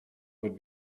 would